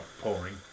pouring